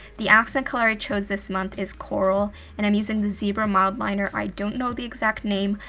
the accent color i chose this month is coral, and i'm using the zebra mild liner. i don't know the exact name,